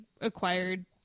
acquired